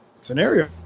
Scenario